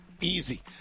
Easy